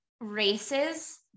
races